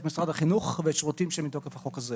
משרד החינוך והשירותים שמתוקף החוק הזה.